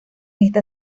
esta